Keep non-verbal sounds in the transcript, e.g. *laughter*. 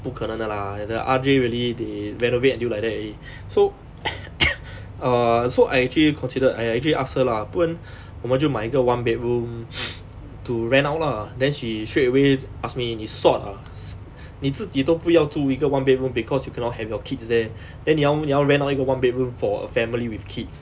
不可能的 lah like the R_J really they renovate until like that already so *coughs* err so I actually considered !aiya! actually ask her lah 不然我们就买一个 one bedroom *noise* to rent out lah then she straight away ask me eh 你 sot ah 你自己都不要租一个 one bedroom because you cannot have your kids there then 你要你要 rent out 一个 one bedroom for a family with kids